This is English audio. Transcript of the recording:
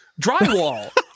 drywall